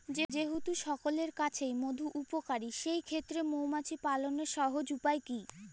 যেহেতু সকলের কাছেই মধু উপকারী সেই ক্ষেত্রে মৌমাছি পালনের সহজ উপায় কি?